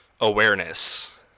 awareness